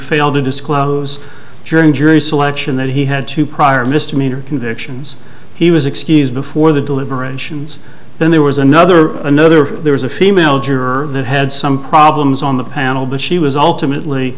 failed to disclose journey jury selection that he had two prior mr meter convictions he was excused before the deliberations then there was another another there was a female juror that had some problems on the panel but she was ultimately